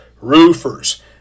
roofers